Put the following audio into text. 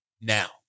now